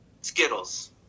Skittles